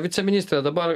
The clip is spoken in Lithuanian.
viceministre dabar